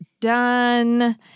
done